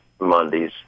Mondays